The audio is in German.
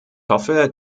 hoffe